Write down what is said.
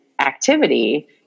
activity